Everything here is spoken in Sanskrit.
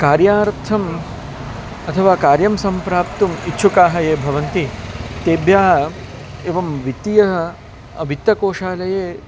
कार्यार्थम् अथवा कार्यं सम्प्राप्तुम् इच्छुकाः ये भवन्ति तेभ्यः एवं वित्तीयः वित्तकोषालये